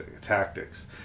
tactics